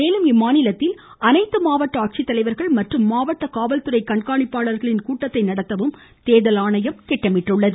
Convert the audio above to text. மேலும் இம்மாநிலத்தில் அனைத்து மாவட்ட ஆட்சித்தலைவா்கள் மற்றும் மாவட்ட காவல்துறை கண்காணிப்பாளர்களின் கூட்டத்தை நடத்தவும் தேர்தல் ஆணையம் திட்டமிட்டுள்ளது